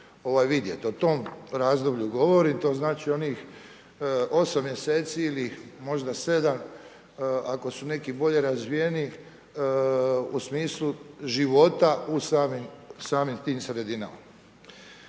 o tom razdoblju govorim. To znači onih 8 mj. ili možda 7 ako su neki bolje razvijeni u smislu života u samim tim sredinama.